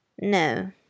No